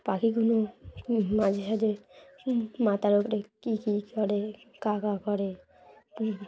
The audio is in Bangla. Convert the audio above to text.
পাখিগুলো মাঝে সাঝে মাথার ওপরে কী কী করে কাকা করে